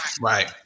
Right